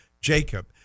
Jacob